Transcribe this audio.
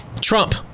Trump